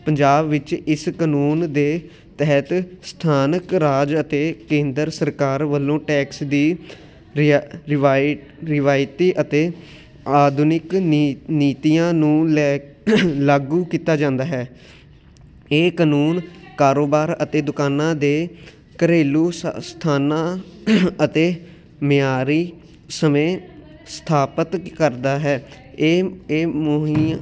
ਪੰਜਾਬ ਵਿੱਚ ਇਸ ਕਾਨੂੰਨ ਦੇ ਤਹਿਤ ਸਥਾਨਕ ਰਾਜ ਅਤੇ ਕੇਂਦਰ ਸਰਕਾਰ ਵੱਲੋਂ ਟੈਕਸ ਦੀ ਰਿਆ ਰਿਵਾਈਡ ਰਿਵਾਇਤੀ ਅਤੇ ਆਧੁਨਿਕ ਨੀ ਨੀਤੀਆਂ ਨੂੰ ਲੈ ਲਾਗੂ ਕੀਤਾ ਜਾਂਦਾ ਹੈ ਇਹ ਕਾਨੂੰਨ ਕਾਰੋਬਾਰ ਅਤੇ ਦੁਕਾਨਾਂ ਦੇ ਘਰੇਲੂ ਸ ਸਥਾਨਾਂ ਅਤੇ ਮਿਆਰੀ ਸਮੇਤ ਸਥਾਪਤ ਕਰਦਾ ਹੈ ਇਹ ਇਹ ਮੂਹੀ